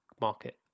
market